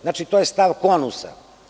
Znači, to je stav KONUS.